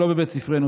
לא בבית ספרנו.